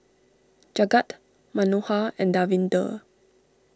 Jagat Manohar and Davinder